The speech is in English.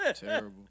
Terrible